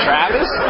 Travis